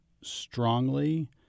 strongly